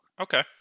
Okay